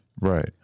Right